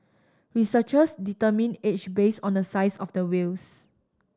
researchers determine age base on the size of the whales